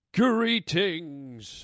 greetings